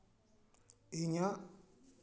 ᱤᱧᱟᱹᱜ